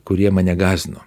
kurie mane gąsdino